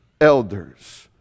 elders